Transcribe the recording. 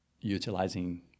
utilizing